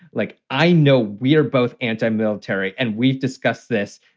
like, i know we're both anti military and we've discussed this.